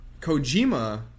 Kojima